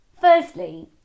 Firstly